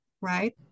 right